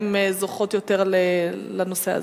הן "זוכות" יותר לנושא הזה.